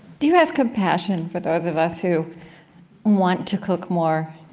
do you have compassion for those of us who want to cook more,